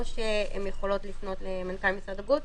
שהן יכולות לפנות למנכ"ל משרד הבריאות